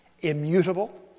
immutable